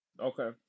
okay